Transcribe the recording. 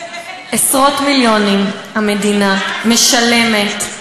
עשרות מיליונים המדינה משלמת,